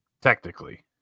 Technically